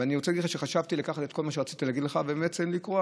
ואני רוצה להגיד לך שחשבתי לקחת את כל מה שרציתי להגיד לך ובעצם לקרוע.